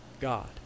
God